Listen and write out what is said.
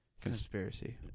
conspiracy